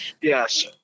Yes